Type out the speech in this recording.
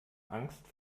angst